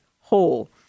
whole